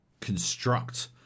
construct